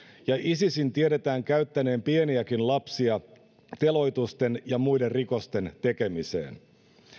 ja isisin tiedetään käyttäneen pieniäkin lapsia teloitusten ja muiden rikosten tekemiseen